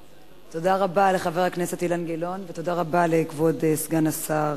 תודה רבה לחבר הכנסת אילן גילאון ותודה רבה לכבוד סגן השר,